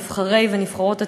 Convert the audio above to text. נבחרי ונבחרות הציבור,